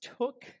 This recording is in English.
took